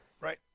Right